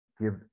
give